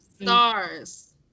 stars